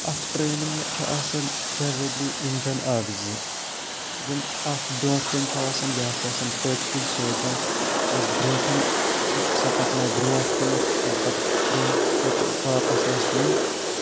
اَتھ ٹرٛین چھِ آسان جَنرٔلی اِنجَن اَکھ زٕ یِم اَکھ برٛونٛٹھ کَنۍ چھُ آسان بیٛاکھ چھُ آسان پٔتۍکِنۍ سو دیٹ یۄس برٛوٗنٛٹھِم چھِ سۄ پَکنایہِ برٛونٛٹھ کُنَتھ ییٚلہِ پَتہٕ برٛونٛہہ پٔتہِ واپَس آسہِ یُن سُہ